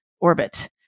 orbit